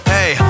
Hey